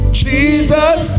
jesus